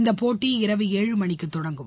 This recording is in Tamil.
இந்தப்போட்டி இரவு ஏழு மணிக்கு தொடங்கும்